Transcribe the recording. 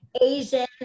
asian